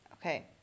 Okay